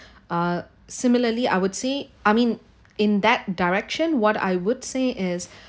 ah similarly I would say I mean in that direction what I would say is